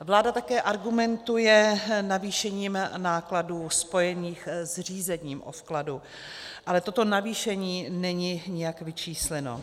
Vláda také argumentuje navýšením nákladů spojených s řízením o vkladu, ale toto navýšení není nijak vyčísleno.